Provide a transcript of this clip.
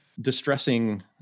distressing